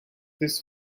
this